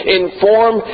inform